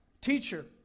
teacher